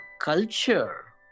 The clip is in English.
culture